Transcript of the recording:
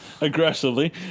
Aggressively